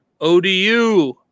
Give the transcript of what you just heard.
ODU